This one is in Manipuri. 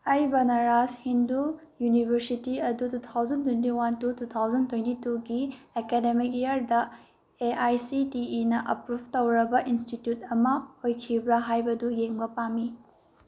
ꯑꯩ ꯕꯥꯅꯥꯔꯥꯖ ꯍꯤꯟꯗꯨ ꯌꯨꯅꯤꯕꯔꯁꯤꯇꯤ ꯑꯗꯨ two thousand twenty one to two thousand twenty ꯇꯨꯒꯤ ꯑꯦꯀꯥꯗꯃꯤꯛ ꯏꯌꯥꯔꯗ ꯑꯦ ꯑꯥꯏ ꯁꯤ ꯇꯤ ꯏꯅ ꯑꯄ꯭ꯔꯨꯐ ꯇꯧꯔꯕ ꯏꯟꯁꯇꯤꯇ꯭ꯌꯨꯠ ꯑꯃ ꯑꯣꯏꯈꯤꯕ꯭ꯔꯥ ꯍꯥꯏꯕꯗꯨ ꯌꯦꯡꯕ ꯄꯥꯝꯃꯤ